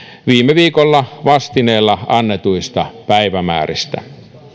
viime viikolla vastineella annetuista päivämääristä